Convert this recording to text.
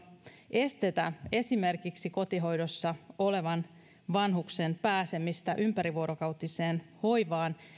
estetä esimerkiksi kotihoidossa olevan vanhuksen pääsemistä ympärivuorokautiseen hoivaan